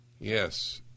yes